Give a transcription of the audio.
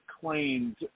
claimed